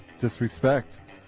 disrespect